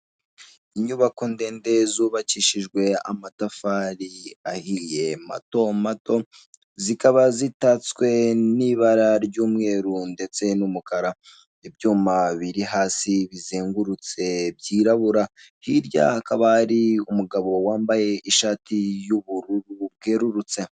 Inyubako ndende zubakishijwe amatafari ahiye mato mato, zikaba zitatswe n'ibara ry'umweru, ndetse n'umukara ibyuma biri hasi bizengurutse byirabura, hirya hakaba hari umugabo wambaye ishati y'ubururu bugerurutse.